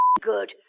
good